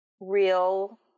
real